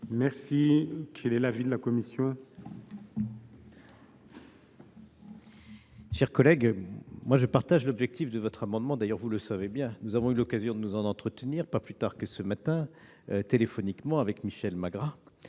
enfants. Quel est l'avis de la commission ?